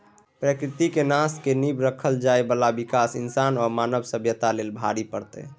प्रकृति के नाश के नींव राइख कएल जाइ बाला विकास इंसान आ मानव सभ्यता लेल भारी पड़तै